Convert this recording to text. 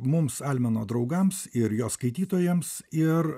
mums almeno draugams ir jo skaitytojams ir